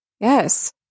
Yes